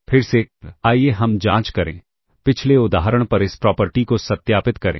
फिर से आइए हम जाँच करें पिछले उदाहरण पर इस प्रॉपर्टी को सत्यापित करें